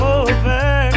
over